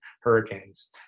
hurricanes